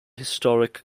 historical